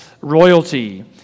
royalty